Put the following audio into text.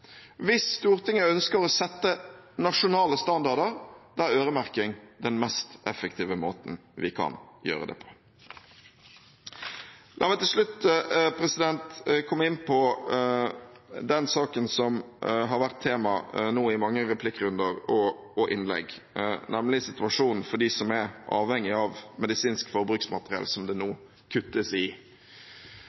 hvis Stortinget ønsker å sette nasjonale standarder, er øremerking den mest effektive måten vi kan gjøre det på. La meg til slutt komme inn på den saken som har vært tema i mange replikkrunder og innlegg, nemlig situasjonen for dem som er avhengig av medisinsk forbruksmateriell, som det nå kuttes i.